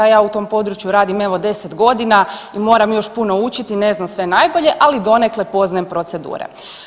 Ja u tom području radim evo 10 godina i moram još puno učiti, ne znam sve najbolje, ali donekle poznajem procedure.